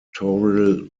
electoral